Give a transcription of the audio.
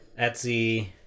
etsy